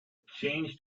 change